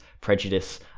prejudice